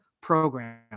program